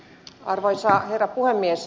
arvoisa herra puhemies